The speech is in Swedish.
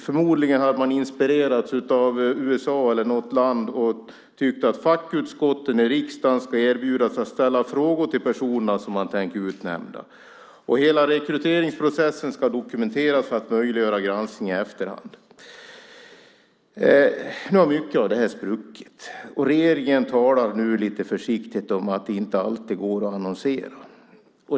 Förmodligen hade man inspirerats av USA eller något annat land och tyckte att fackutskotten i riksdagen skulle erbjudas att ställa frågor till de personer som man tänkte utnämna. Hela rekryteringsprocessen skulle dokumenteras för att möjliggöra granskning i efterhand. Nu har mycket av det här spruckit. Regeringen talar nu lite försiktigt om att det inte alltid går att annonsera.